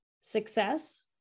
success